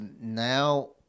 now